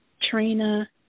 Trina